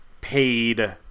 paid